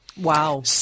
Wow